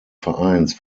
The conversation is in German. vereins